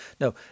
No